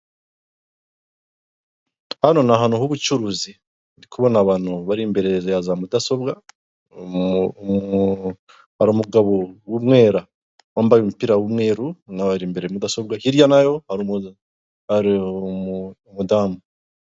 Ifoto y'umuriro w'amashanyarazi ishinze inyuma y'igipangu iyi foto niyi giti. Ku gipangu hagaragara inzira' cyangwa se mu muhanda winjira mu gipangu izi poto zijyana umuriro w'amashanyarazi mu ngo mu baturage.